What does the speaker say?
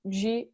de